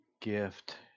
gift